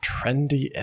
Trendy